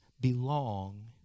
belong